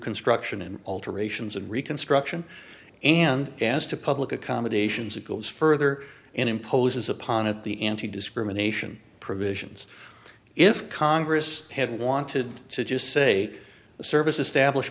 construction and alterations and reconstruction and as to public accommodations it goes further and imposes upon it the anti discrimination provisions if congress had wanted to just say the service